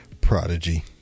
prodigy